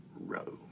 Row